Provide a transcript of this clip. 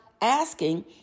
asking